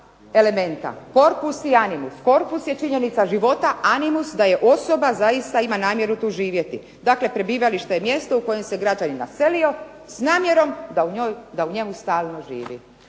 Korpus je činjenica života, animus da je osoba zaista ima tu namjeru živjeti. Dakle, prebivalište je mjesto u kojem se građanin naselio s namjerom da u njemu stalno živi.